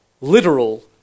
literal